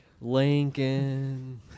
Lincoln